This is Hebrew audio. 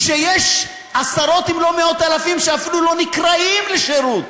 כשיש עשרות אם לא מאות אלפים שאפילו לא נקראים לשירות.